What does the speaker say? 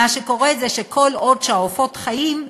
מה שקורה זה שכל עוד שהעופות חיים,